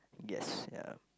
yes ya